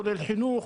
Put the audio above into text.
כולל חינוך,